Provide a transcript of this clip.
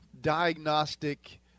diagnostic